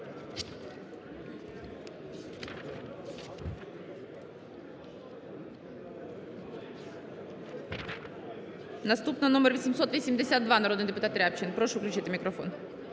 Наступна номер 872, народний депутат Рябчин. Прошу включити мікрофон.